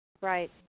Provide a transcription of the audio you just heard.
right